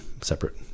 separate